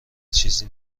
چیزی